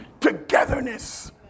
togetherness